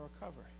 recover